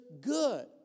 good